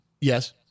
Yes